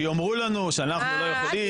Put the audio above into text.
שיאמרו לנו שאנחנו לא יכולים,